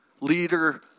Leader